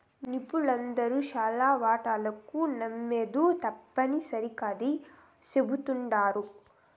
నిపుణులందరూ శానా వాటాలకు నమోదు తప్పుని సరికాదని చెప్తుండారు